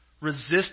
Resist